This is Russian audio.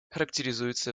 характеризуются